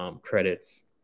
credits